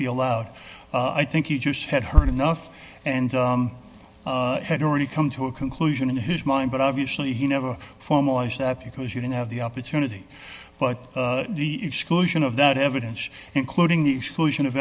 be allowed i think you had heard enough and had already come to a conclusion in his mind but obviously he never formalized that because you didn't have the opportunity but the exclusion of that evidence including the exclusion of